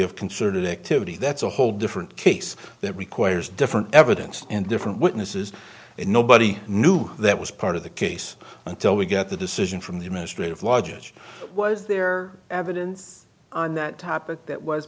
of concerted activity that's a whole different case that requires different evidence and different witnesses and nobody knew that was part of the case until we get the decision from the administrative law judge was there evidence on that topic that was